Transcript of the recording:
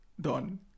done